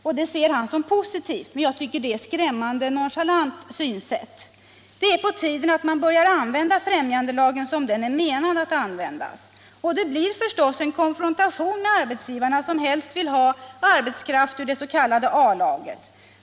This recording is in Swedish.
Han ser detta som positivt. Men det tycker jag är ett skrämmande nonchalant synsätt. Det är på tiden att man börjar använda främjandelagen som den är menad att användas. Det blir förstås konfrontationer med arbetsgivarna, som helst vill ha arbetskraft ur det s.k. A-laget.